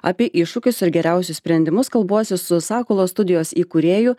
apie iššūkius ir geriausius sprendimus kalbuosi su sakalo studijos įkūrėju